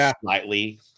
slightly